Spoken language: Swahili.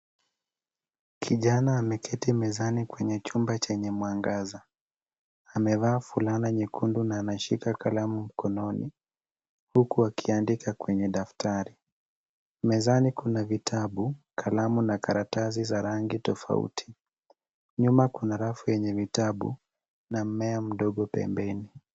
Kijana ameketi mezani kwenye chumba chenye mwangaza. Amevaa fulana nyekundu na ameshika kalamu mkononi huku akiandika kwenye daftari. Mezani kuna kalamu na karatasi za rangi tofauti. Nyuma kuna rafu yenye vitabu na mmea mdogo pembeni.